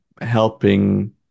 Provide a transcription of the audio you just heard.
helping